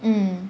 mm